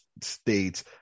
States